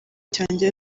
cyanjye